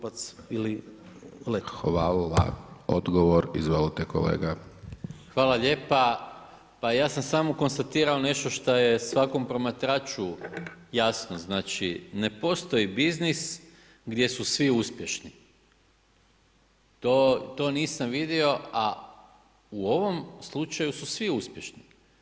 Pa ja sam samo konstatirao nešto šta je svakom promatraču jasno, znači ne postoji biznis gdje su svi uspješni, to nisam vidio a u ovom slučaju su svi uspješni.